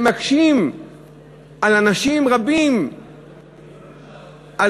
שמקשים על אנשים רבים את תפילותיהם?